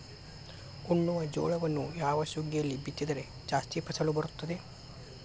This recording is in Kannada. ಉಣ್ಣುವ ಜೋಳವನ್ನು ಯಾವ ಸುಗ್ಗಿಯಲ್ಲಿ ಬಿತ್ತಿದರೆ ಜಾಸ್ತಿ ಫಸಲು ಬರುತ್ತದೆ?